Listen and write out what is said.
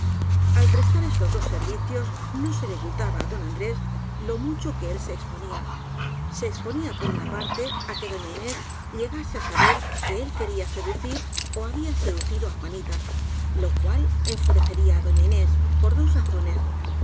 al prestar estos dos servicios no se le ocultaba á don andrés lo mucho que él se exponía se expo nía por una parte á que doña inés llegase á saber que él quería seducir ó había seducido á juanita lo cual enfurecería á doña inés por dos razones